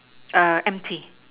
err empty